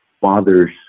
father's